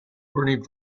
burning